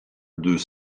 deux